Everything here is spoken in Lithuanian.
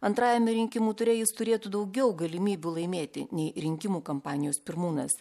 antrajame rinkimų ture jis turėtų daugiau galimybių laimėti nei rinkimų kampanijos pirmūnas